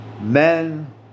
men